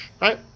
right